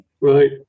Right